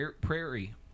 Prairie